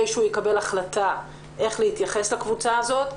שיקבל החלטה איך להתייחס לקבוצה הזאת.